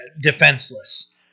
defenseless